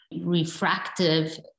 refractive